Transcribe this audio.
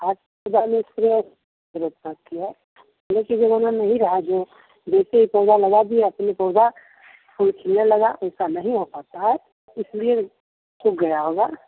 वैसा जमाना नहीं रहा जो पौधा लगा दिए अपने पौधा फूल खिलने लगा वैसा नहीं हो पता है इसलिए सूख गया होगा